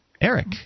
Eric